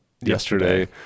Yesterday